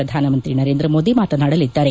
ಪ್ರಧಾನಮಂತ್ರಿ ನರೇಂದ್ರಮೋದಿ ಮಾತನಾಡಲಿದ್ದಾರೆ